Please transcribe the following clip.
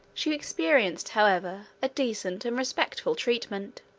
she experienced, however, a decent and respectful treatment.